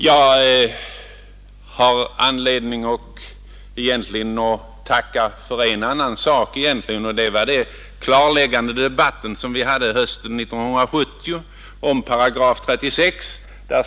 Jag har egentligen anledning att tacka för en annan sak också, och det är den klarläggande debatt som vi hade hösten 1970 om 36 § skollagen.